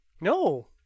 No